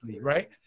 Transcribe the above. right